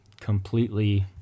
completely